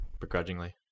Begrudgingly